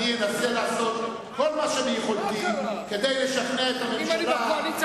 אנסה לעשות כל מה שביכולתי כדי לשכנע את הממשלה